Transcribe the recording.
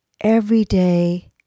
everyday